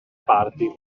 parti